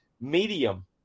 medium